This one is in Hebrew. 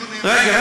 רגע,